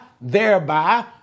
thereby